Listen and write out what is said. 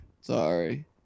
Sorry